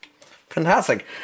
Fantastic